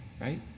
right